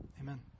Amen